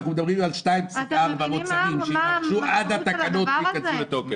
אנחנו מדברים על 2.4 מיליון מוצרים שיירכשו עד כניסת התקנות לתוקף.